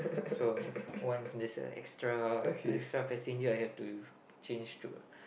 so once there as a extra extra passenger I have to change to